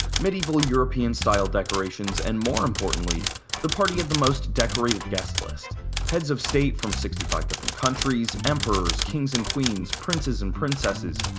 medieval european style decorations, and more importantly the party had the most decorated guestlist heads of states from sixty five different countries, emperors, kings and queens, princes and princesses,